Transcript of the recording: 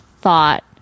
thought